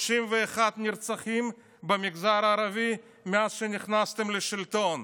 31 נרצחים במגזר הערבי מאז שנכנסתם לשלטון.